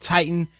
Titan